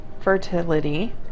fertility